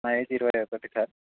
నా ఏజ్ ఇరవై ఒకటి సార్